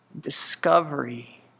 discovery